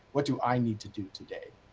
what do i need to do today.